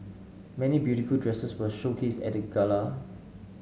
many beautiful dresses were showcased at the gala